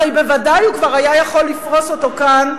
הרי בוודאי הוא כבר היה יכול לפרוס אותו כאן,